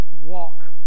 walk